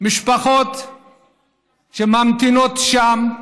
משפחות שממתינות שם.